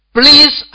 please